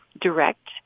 direct